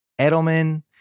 edelman